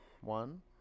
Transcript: One